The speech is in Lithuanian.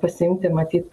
pasiimti matyt